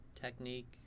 technique